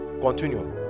continue